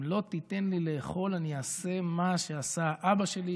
אם לא תיתן לי לאכול, אני אעשה מה שעשה אבא שלי.